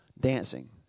Dancing